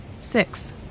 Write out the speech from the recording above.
Six